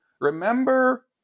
remember